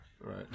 right